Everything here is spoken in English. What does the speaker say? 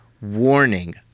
warning